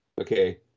okay